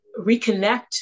reconnect